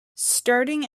starting